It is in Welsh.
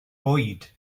bwyd